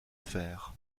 fer